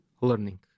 learning